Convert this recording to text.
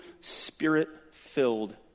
spirit-filled